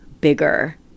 bigger